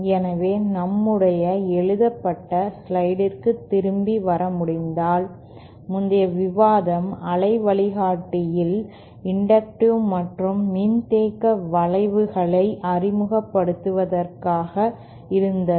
எனவே நம்முடைய எழுதப்பட்ட ஸ்லைடிற்கு திரும்பி வர முடிந்தால் முந்தைய விவாதம் அலை வழிகாட்டியில் இன்டக்டிவ் மற்றும் மின்தேக்க விளைவுகளை அறிமுகப்படுத்துவதற்காக இருந்தது